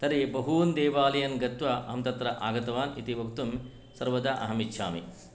तर्हि बहून् देवालयान् गत्वा अहं तत्र आगतवान् इति वक्तुं सर्वदा अहम् इच्छामि